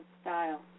style